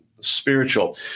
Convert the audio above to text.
spiritual